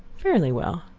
fairly well.